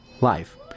life